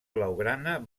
blaugrana